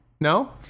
No